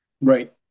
Right